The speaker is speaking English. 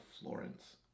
Florence